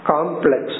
Complex